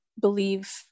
believe